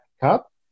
Cup